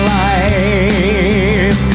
life